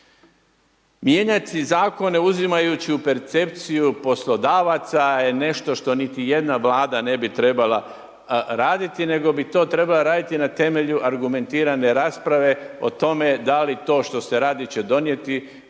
Mijenjati zakone uzimajući u percepciju poslodavaca je nešto što niti jedna vlada ne bi trebala raditi, nego bi to trebala raditi na temelju argumentirane rasprave o tome da li to što se radi će donijeti